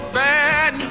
bad